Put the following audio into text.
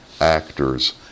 actors